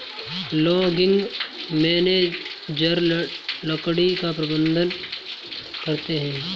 logging manager लकड़ी का प्रबंधन करते है